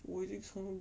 我已经从